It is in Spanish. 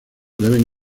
deben